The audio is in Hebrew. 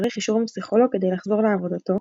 צריך אישור מפסיכולוג כדי לחזור לעבודתו